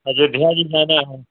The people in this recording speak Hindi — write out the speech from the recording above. अजोध्या भी जाना है